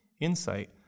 insight